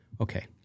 Okay